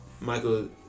Michael